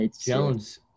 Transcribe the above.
Jones